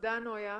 תודה נויה.